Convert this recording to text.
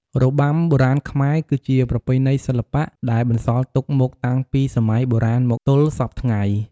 របាំបុរាណខ្មែរ គឺជាប្រពៃណីសិល្បៈដែលបន្សល់ទុកមកតាំងពីសម័យបុរាណមកទល់សព្វថ្ងៃ។